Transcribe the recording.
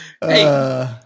Hey